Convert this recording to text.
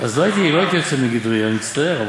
לא הייתי יוצא מגדרי, אני מצטער.